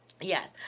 Yes